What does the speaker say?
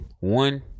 One